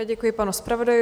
Děkuji panu zpravodaji.